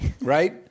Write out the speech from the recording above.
right